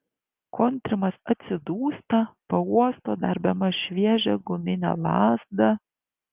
kontrimas atsidūsta pauosto dar bemaž šviežią guminę lazdą